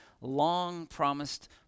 long-promised